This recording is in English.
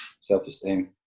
Self-esteem